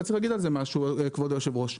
אני רוצה להגיד על זה משהו, כבוד היושב-ראש.